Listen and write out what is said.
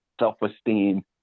self-esteem